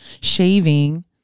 shaving